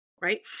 Right